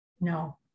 No